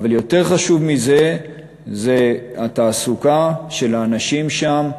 אבל יותר חשוב ממנו התעסוקה של האנשים שם,